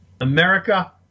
America